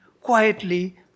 quietly